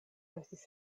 estis